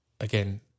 again